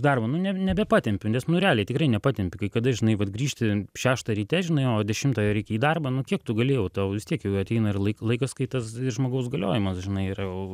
darbo nu ne nebepatempiu nes nu realiai tikrai nepatempiu kada žinai vat grįžti šeštą ryte žinai o dešimtą reikia į darbą nu kiek tu gali jau tau vis tiek jau ateina ir laik laikas kai tas žmogaus galiojimas žinai yra jau